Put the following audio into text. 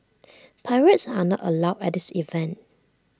pirates are not allowed at this event